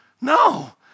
No